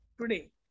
today